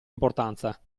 importanza